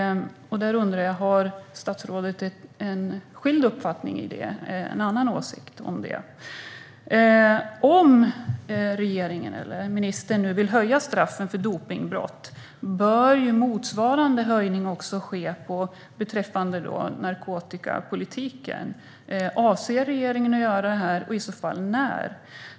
Har statsrådet en annan åsikt när det gäller det? Om regeringen eller statsrådet vill höja straffen för dopningsbrott bör motsvarande höjning ske när det gäller narkotikabrott. Avser regeringen att göra det och i så fall när?